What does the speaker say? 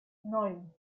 neun